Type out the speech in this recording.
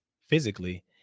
physically